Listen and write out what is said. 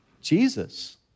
Jesus